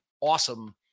awesome